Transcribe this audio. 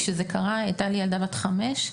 כשזה קרה הייתה לי ילדה בת חמש,